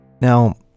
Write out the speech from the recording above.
Now